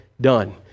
done